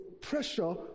pressure